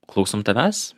klausom tavęs